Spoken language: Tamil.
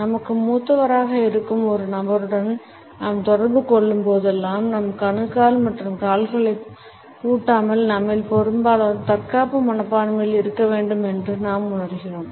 நமக்கு மூத்தவராக இருக்கும் ஒரு நபருடன் நாம் தொடர்பு கொள்ளும்போதெல்லாம் நம் கணுக்கால் மற்றும் கால்களைப் பூட்டாமல் நம்மில் பெரும்பாலோர் தற்காப்பு மனப்பான்மையில் இருக்க வேண்டும் என்று நாம் உணர்கிறோம்